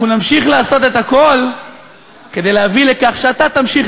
אנחנו נמשיך לעשות את הכול כדי להביא לכך שאתה תמשיך